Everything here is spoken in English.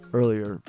earlier